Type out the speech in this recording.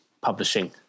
publishing